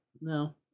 No